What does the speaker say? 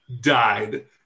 died